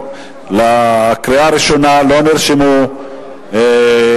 לקריאה הראשונה לא נרשמו מתדיינים,